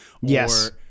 Yes